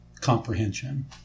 comprehension